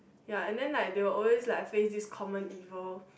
ya and then like they will always like face this common evil